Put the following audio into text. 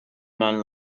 man